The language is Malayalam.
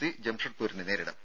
സി ജംഷഡ്പൂരിനെ നേരിടും